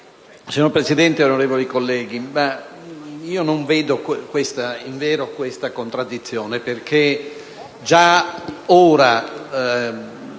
Signor Presidente, onorevoli colleghi, non vedo invero questa contraddizione, perché già ora